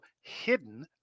hidden